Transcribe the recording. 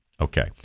okay